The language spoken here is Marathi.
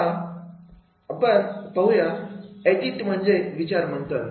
आता पण एडिट बघूया एडिट म्हणजे विचार मंथन